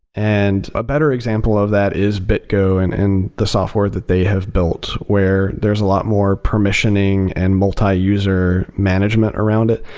and a better example of that is bitgo and and the software that they have built, where there's a lot more permissioning and multiuser management around it.